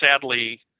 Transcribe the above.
sadly